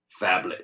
Phablet